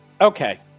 Okay